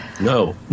No